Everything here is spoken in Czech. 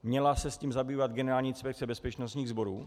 Měla se tím zabývat Generální inspekce bezpečnostních sborů.